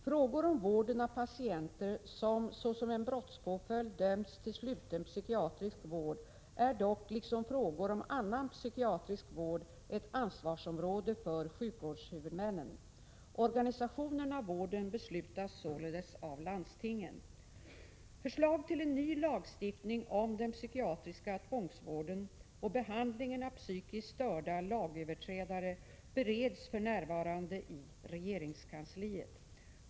Frågor om vården av patienter som såsom en brottspåföljd dömts till sluten psykiatrisk vård är dock, liksom frågor om annan psykiatrisk vård, ett ansvarsområde för sjukvårdshuvudmännen. Organisationen av vården beslutas således av landstingen. Förslag till en ny lagstiftning om den psykiatriska tvångsvården och behandlingen av psykiskt störda lagöverträdare bereds för närvarande i regeringskansliet.